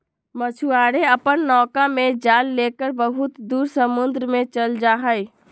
मछुआरे अपन नौका में जाल लेकर बहुत दूर समुद्र में चल जाहई